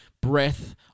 breath